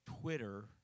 Twitter